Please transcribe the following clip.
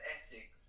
Essex